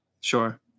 Sure